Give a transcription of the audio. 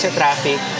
traffic